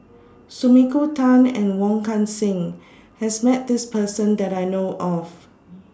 Sumiko Tan and Wong Kan Seng has Met This Person that I know of